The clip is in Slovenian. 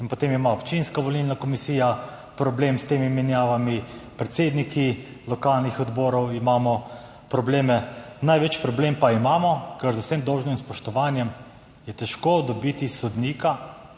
In potem ima občinska volilna komisija problem s temi menjavami, predsedniki lokalnih odborov imamo probleme, največji problem pa imamo, ker, z vsem dolžnim spoštovanjem, je težko dobiti sodnika